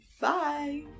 Bye